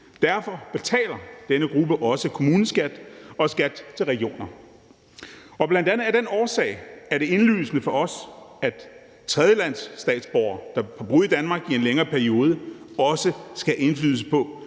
Derfor betaler denne gruppe også kommuneskat og skat til regioner. Bl.a. af den årsag er det indlysende for os, at tredjelandsstatsborgere, der har boet i Danmark i en længere periode, også skal have indflydelse på,